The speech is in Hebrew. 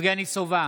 יבגני סובה,